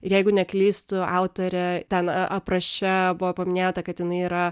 ir jeigu neklystu autorė ten apraše buvo paminėta kad jinai yra